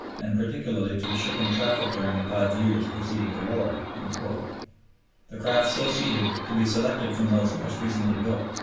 and particularly to the shipping traffic during the five years preceding the war, and the craft so ceded to be selected from those most recently built.